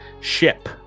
ship